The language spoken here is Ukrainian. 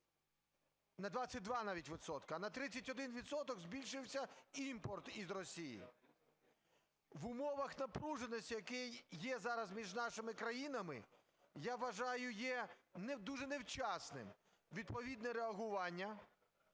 на 22 навіть відсотки, а на 31 відсоток збільшився імпорт з Росії. В умовах напруженості, яка є зараз між нашими країнами, я вважаю, є дуже невчасним відповідне реагування,